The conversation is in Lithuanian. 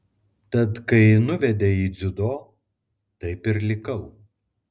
tad kai nuvedė į dziudo taip ir likau